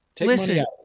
Listen